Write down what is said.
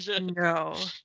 No